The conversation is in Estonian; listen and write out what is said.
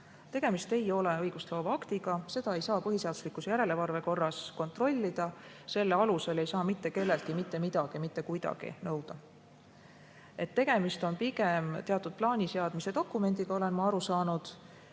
Tegemist ei ole õigustloova aktiga, seda ei saa põhiseaduslikkuse järelevalve korras kontrollida. Selle alusel ei saa mitte kelleltki mitte midagi mitte kuidagi nõuda. Tegemist on pigem teatud plaaniseadmise dokumendiga, olen ma aru saanud,